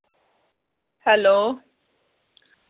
hello